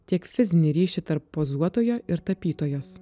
tiek fizinį ryšį tarp pozuotojo ir tapytojos